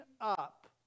up